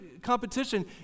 Competition